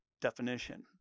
definition